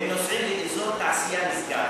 והם נוסעים לאזור התעשייה משגב.